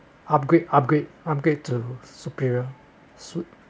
upgrade upgrade upgrade to superior suit